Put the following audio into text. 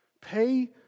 pay